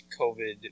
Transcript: COVID